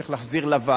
צריך להחזיר לוועדה.